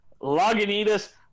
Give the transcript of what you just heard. Lagunitas